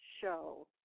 show